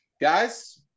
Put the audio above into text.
Guys